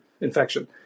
infection